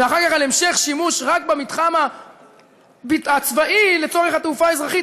ואחר כך על המשך שימוש רק במתחם הצבאי לצורך התעופה האזרחית.